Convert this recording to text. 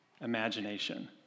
imagination